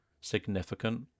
significant